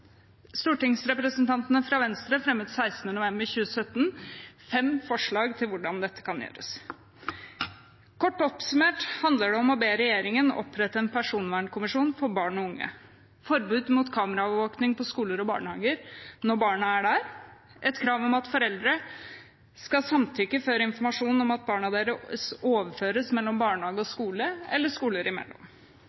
Stortingsrepresentantene fra Venstre fremmet 16. november 2017 fem forslag til hvordan dette kan gjøres. Kort oppsummert handler det om å be regjeringen opprette en personvernkommisjon for barn og unge, om forbud mot kameraovervåkning på skoler og barnehager når barna er der, et krav om at foreldre skal samtykke før informasjon om barna deres overføres fra barnehage